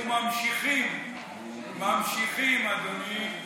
וממשיכים, ממשיכים, אדוני,